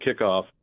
kickoff